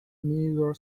minor